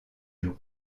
joe